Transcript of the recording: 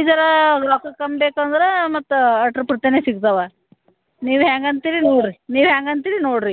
ಇದ್ರಾಗೆ ರೊಕ್ಕ ಕಮ್ಮಿ ಬೇಕಂದ್ರೆ ಮತ್ತೆ ಅಟ್ರ ಪುಟ್ರನೇ ಸಿಗ್ತವೆ ನೀವು ಹ್ಯಾಂಗೆ ಅಂತೀರಿ ನೋಡಿರಿ ನೀವು ಹ್ಯಾಂಗೆ ಅಂತೀರಿ ನೋಡಿರಿ